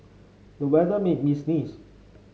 the weather made me sneeze